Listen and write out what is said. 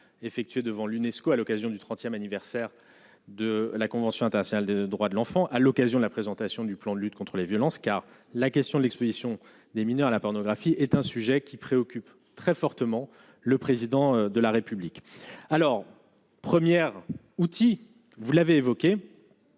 effectuée devant l'UNESCO, à l'occasion du 30ème anniversaire de la convention internationale des droits de l'enfant, à l'occasion de la présentation du plan de lutte contre les violences, car la question de l'expédition des mineurs à la pornographie est un sujet qui préoccupe très fortement le président de la République, alors première outil vous l'avez évoqué